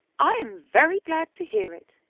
i am very glad to hear it,